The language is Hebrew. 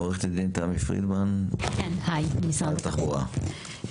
עו"ד תמי פרידמן, משרד התחבורה.